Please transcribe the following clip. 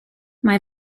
mae